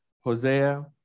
Hosea